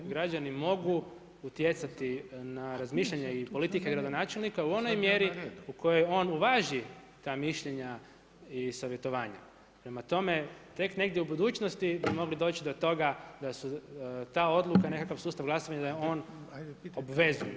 Građani mogu utjecati na razmišljanje i politike gradonačelnika, u onoj mjeri u kojoj koje on uvaži ta mišljenja i savjetovanja prema tome tek negdje u budućnosti bi mogli doći do toga da je ta odluka, nekakav sustav glasovanja obvezujući.